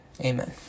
amen